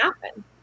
happen